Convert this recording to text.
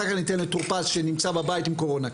אחר כך ניתן לטור פז, שנמצא בבית עם קורונה.